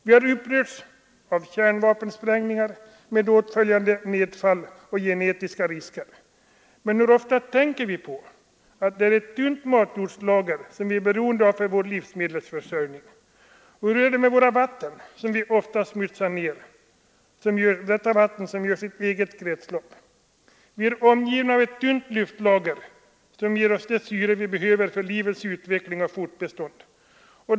Vi har upprörts av kärnvapensprängningar med åtföljande nedfall och genetiska risker. Men hur ofta tänker vi på att det är ett tunt matjordslager, som vi är beroende av för vår livsmedelsförsörjning? Och hur är det med våra vatten, som vi ofta smutsar ner och som gör sitt eget kretslopp? Vi är omgivna av ett tunt luftlager, som ger oss det syre vi behöver för livets utveckling och fortbestånd.